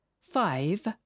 five